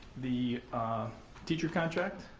the teacher contract,